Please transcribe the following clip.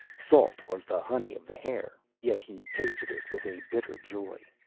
salt was the honey of the hair, yet he tasted it with a bitter joy.